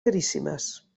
caríssimes